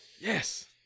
Yes